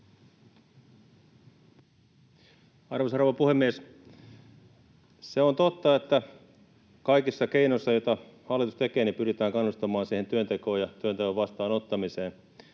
Arvoisa rouva puhemies! Se on totta, että kaikilla keinoilla, joita hallitus tekee, pyritään kannustamaan työntekoon ja työnteon vastaanottamiseen,